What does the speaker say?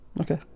okay